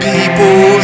People